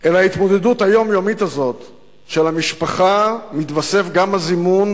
אל ההתמודדות היומיומית הזאת של המשפחה מתווסף הזימון